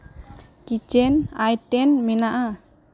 kitchen item ᱢᱮᱱᱟᱜᱼᱟ